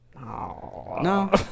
no